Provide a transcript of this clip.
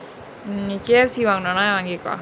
mm நீ:nee K_F_C வாங்கனுனா வாங்கிக்கோ:vaanganunaa vaangiko